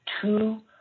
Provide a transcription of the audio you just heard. two